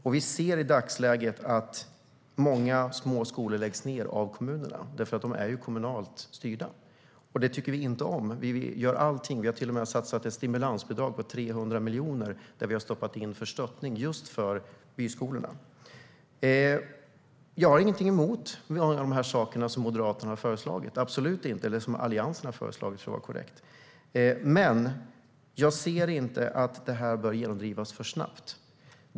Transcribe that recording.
I dagsläget ser vi att många småskolor läggs ned av kommunerna eftersom de är kommunalt styrda. Det tycker vi inte om, och vi har till och med lagt fram ett stimulansbidrag på 300 miljoner för att stödja just byskolorna. Jag har absolut inget emot det som Alliansen har föreslagit, men det bör inte genomdrivas för snabbt.